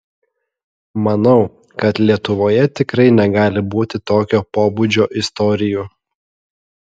manau kad lietuvoje tikrai negali būti tokio pobūdžio istorijų